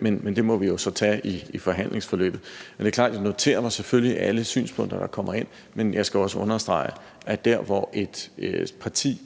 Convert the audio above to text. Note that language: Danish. Men det må vi så tage i forhandlingsforløbet. Men det er klart, at jeg selvfølgelig noterer mig alle synspunkter, der kommer ind, men jeg skal også understrege, at der, hvor et parti